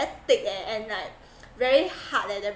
thick eh and like very hard leh that